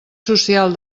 social